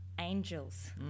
Angels